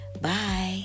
Bye